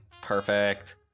Perfect